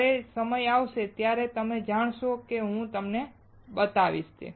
જ્યારે સમય આવશે ત્યારે તમે જાણશો અને હું તમને તે બતાવીશ